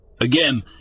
again